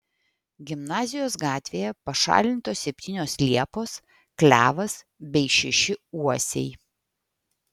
gimnazijos gatvėje pašalintos septynios liepos klevas bei šeši uosiai